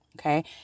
Okay